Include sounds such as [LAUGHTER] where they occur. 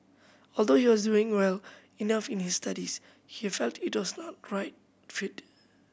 although he was [UNINTELLIGIBLE] well enough in his studies he felt it was not right fit